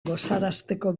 gozarazteko